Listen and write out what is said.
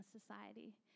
society